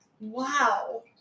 Wow